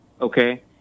okay